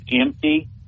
empty